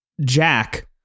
jack